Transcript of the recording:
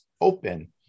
open